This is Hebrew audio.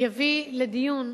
יביא לדיון,